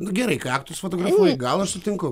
nu gerai kai aktus fotografuoji gal aš sutinku